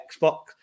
Xbox